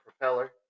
propeller